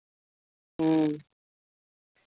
ᱦᱮᱸ